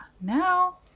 now